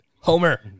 Homer